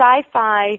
sci-fi